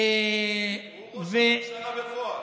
הוא ראש הממשלה בפועל.